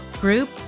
group